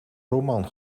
roman